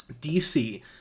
DC